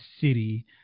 city